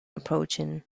approaching